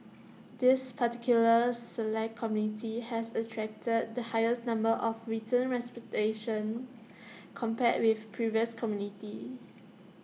this particular Select Committee has attracted the highest number of written compared with previous committees